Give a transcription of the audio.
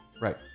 Right